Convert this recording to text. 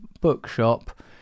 bookshop